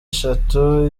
eshatu